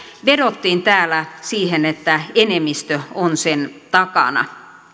vedottiin täällä siihen että enemmistö on sen takana